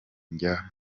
njya